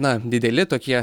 na dideli tokie